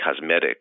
cosmetic